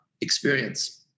experience